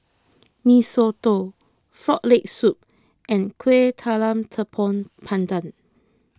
Mee Soto Frog Leg Soup and Kuih Talam Tepong Pandan